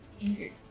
injured